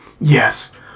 Yes